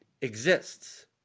exists